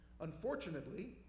Unfortunately